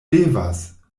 devas